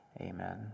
amen